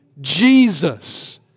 Jesus